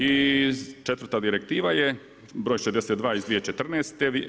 I četvrta direktiva je br. 62 iz 2014.